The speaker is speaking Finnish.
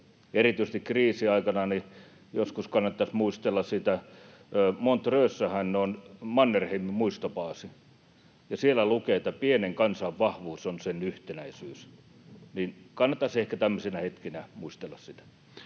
erityisesti näin kriisiaikana joskus kannattaisi muistella sitä, että kun Montreux’ssähän on Mannerheimin muistopaasi, niin siellä lukee, että pienen kansan vahvuus on sen yhtenäisyys. Kannattaisi ehkä tämmöisinä hetkinä muistella sitä.